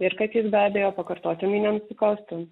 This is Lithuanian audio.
ir kad jis be abejo pakartotinai nenusikalstų